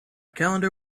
calendar